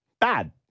Bad